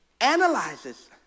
analyzes